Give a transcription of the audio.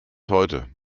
heute